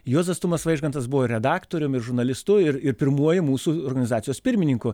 juozas tumas vaižgantas buvo ir redaktorium ir žurnalistu ir ir pirmuoju mūsų organizacijos pirmininku